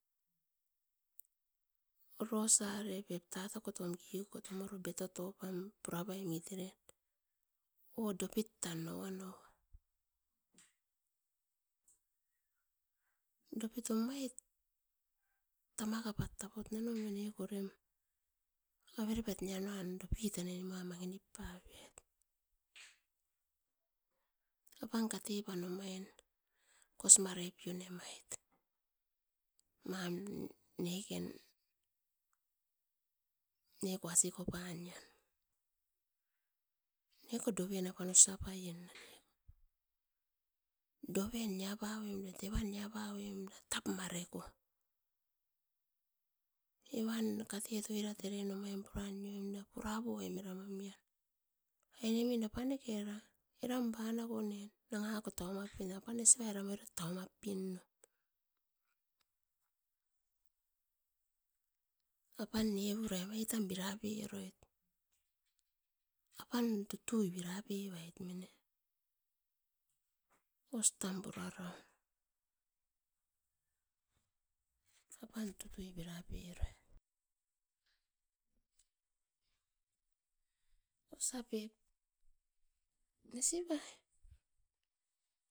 Orosa rep tatakot tom kikoko betoto pam pura paimit eran o dopit tan noanoa, dopit omait tama kapat taput mineko omain avere pat nia nuan mineko dopi tanai nimuan mangi nip papeait apan kate pan omain kos mare pio nemait mam neken, neko asikopan nian. Neko doven apan osa paien neko, doven evat nia pawoim da tap mareao. Evan eram katet eram oirat eram puran nioim da, pura poim era momian. Ai nemin apa neke era, eram oirat banako nen eram oirat tau map pian, apan nesiai tau map pin nen. Apan nepurai amai tan bira peroit tan. Apan tutui bira peroit mine osa tan puraraun, osa pep nesi vai.